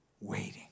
Waiting